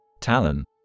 Talon